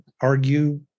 argue